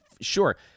sure